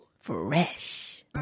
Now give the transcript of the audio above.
Fresh